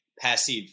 Passive